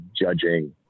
judging